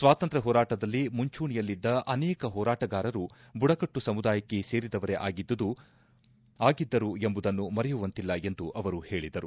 ಸ್ವಾತಂತ್ರ್ಯ ಹೋರಾಟದಲ್ಲಿ ಮುಂಚೂಣೆಯಲ್ಲಿದ್ದ ಅನೇಕ ಹೋರಾಟಗಾರರು ಬುಡಕಟ್ಟು ಸಮುದಾಯಕ್ಕೆ ಸೇರಿದವರೇ ಆಗಿದ್ದುದು ಎಂಬುದನ್ನು ಮರೆಯುವಂತಿಲ್ಲ ಎಂದು ಅವರು ಹೇಳಿದರು